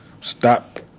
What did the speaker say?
Stop